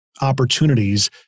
opportunities